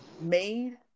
made